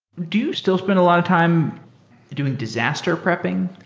do you still spend a lot of time doing disaster prepping?